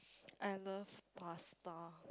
I love pasta